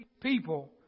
people